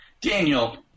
Daniel